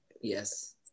yes